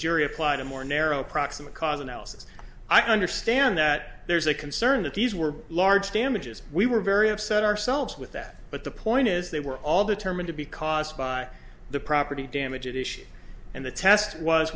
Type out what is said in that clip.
jury applied a more narrow proximate cause analysis i understand that there's a concern that these were large damages we were very upset ourselves with that but the point is they were all turman to be caused by the property damage issue and the test was